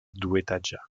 duetaĝa